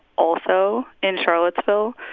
also in charlottesville,